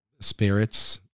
spirits